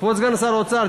כבוד סגן שר האוצר,